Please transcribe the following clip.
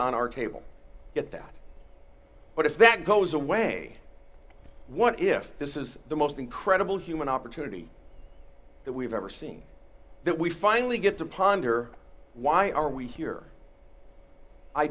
on our table yet that what if that goes away what if this is the most incredible human opportunity that we've ever seen that we finally get to ponder why are we here i